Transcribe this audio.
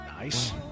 nice